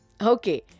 Okay